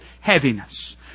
heaviness